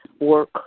work